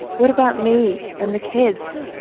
what about me and the kids?